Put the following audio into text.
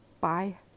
Bye